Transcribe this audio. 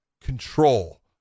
control